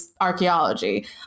archaeology